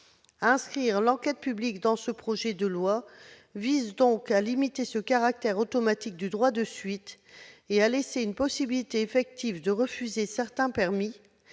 de l'enquête publique dans le projet de loi vise donc à limiter le caractère automatique du droit de suite et à laisser à l'administration une possibilité effective de refuser certains permis,